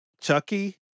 Chucky